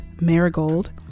Marigold